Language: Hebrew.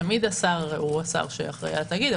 תמיד השר הוא השר שאחראי על התאגיד,